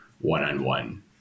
one-on-one